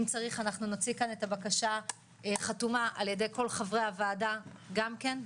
אם צריך אחנחנו נוציא כאן את הבקשה חתומה על ידי כל חברי הוועדה גם כן.